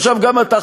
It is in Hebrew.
עכשיו גם אתה,